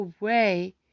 away